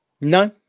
no